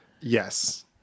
Yes